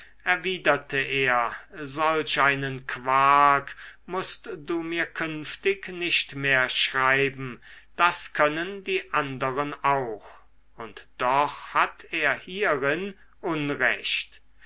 erwiderte er solch einen quark mußt du mir künftig nicht mehr schreiben das können die andern auch und doch hatt er hierin unrecht